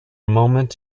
moment